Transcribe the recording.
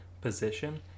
position